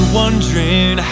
wondering